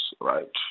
right